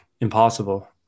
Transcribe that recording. impossible